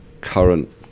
current